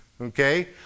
Okay